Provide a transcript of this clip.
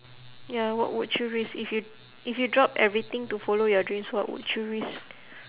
ya what would you risk if you if you drop everything to follow your dreams what would you risk